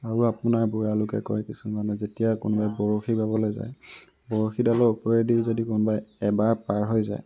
আৰু আপোনাৰ বুঢ়ালোকে কয় কিছুমানে যে যেতিয়া কোনোবাই বৰশী বাবলৈ যায় বৰশীডালৰ ওপৰেদি যদি কোনোবাই এবাৰ পাৰ হৈ যায়